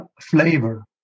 flavor